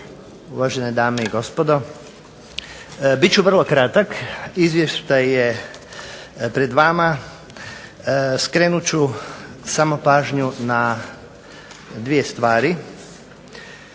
uvažene dame i gospodo. Bit ću vrlo kratak, izvještaj je pred vama. Skrenut ću samo pažnju na 2 stvari